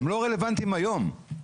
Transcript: הם לא רלוונטיים היום.